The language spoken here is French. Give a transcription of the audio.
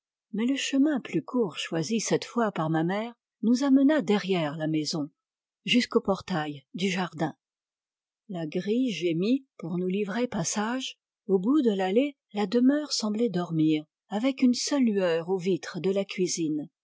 mais le chemin plus court choisi cette fois par ma mère nous amena derrière la maison jusqu'au portail du jardin la grille gémit pour nous livrer passage au bout de l'allée la demeure semblait dormir avec une seule lueur aux vitres de la cuisine